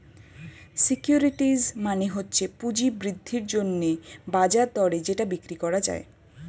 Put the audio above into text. securities মানে হচ্ছে পুঁজি বৃদ্ধির জন্যে বাজার দরে যেটা বিক্রি করা যায়